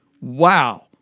wow